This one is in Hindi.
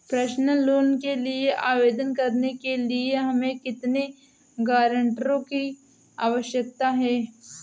पर्सनल लोंन के लिए आवेदन करने के लिए हमें कितने गारंटरों की आवश्यकता है?